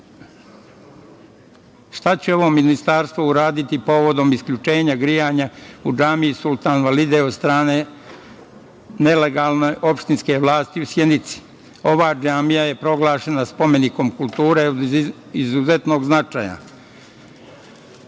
šta će ovo ministarstvo uraditi povodom isključenja grejanja u džamiji Sultan Valida od strane nelegalne opštinske vlasti u Sjenici? Ova džamija je proglašena spomenikom kulture, od izuzetnog značaja.